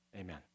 amen